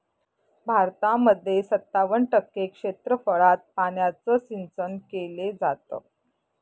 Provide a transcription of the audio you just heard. भारतामध्ये सत्तावन्न टक्के क्षेत्रफळात पाण्याचं सिंचन केले जात